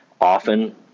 often